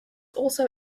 also